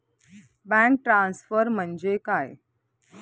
Bank transfer म्हणजे काय?